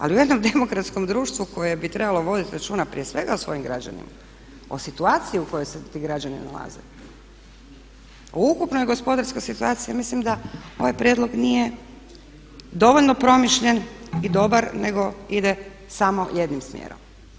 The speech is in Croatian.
Ali u jednom demokratskom društvu koje bi trebalo voditi računa prije svega o svojim građanima, o situaciji u kojoj se ti građani nalaze, o ukupnoj gospodarskoj situaciji ja mislim da ovaj prijedlog nije dovoljno promišljen i dobar nego ide samo jednim smjerom.